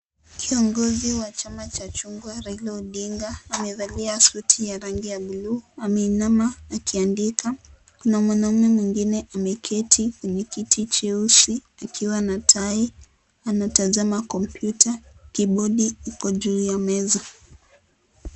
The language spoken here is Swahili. Kiongozi wa chama cha Chungwa Raila Odinga, amevalia suti ya rangi ya buluu ameinama akiandika. Kuna mwanaume mwingine ameketi kwenye kiti cheusi akiwa na tai, anatazama kompyuta, kibodi iko juu ya meza.